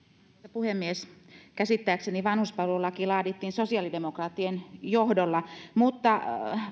puhemies käsittääkseni vanhuspalvelulaki laadittiin sosiaalidemokraattien johdolla mutta